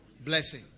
blessing